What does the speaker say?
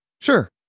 Sure